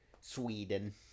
Sweden